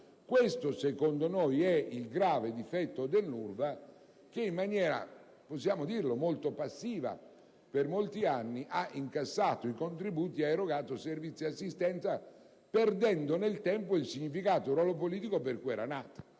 Questo, secondo noi, è il grave difetto dell'UNRWA, che in maniera, osiamo dirlo, molto passiva per molti anni ha incassato i contributi ed ha erogato servizi di assistenza, perdendo nel tempo il significato ed il ruolo politico per cui era nata.